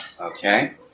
Okay